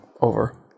over